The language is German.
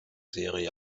serie